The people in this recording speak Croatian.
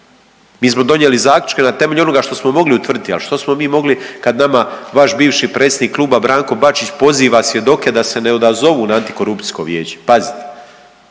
Mi smo donijeli zaključke na temelju onoga što smo mogli utvrditi, a što smo mi mogli kad nama vaš bivši predsjednik kluba Branko Bačić poziva svjedoke da se ne odazovu na antikorupcijsko vijeće. Pazite.